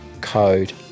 code